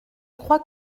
crois